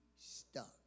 stuck